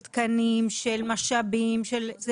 תקנים, משאבים וכולי.